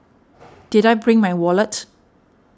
did I bring my wallet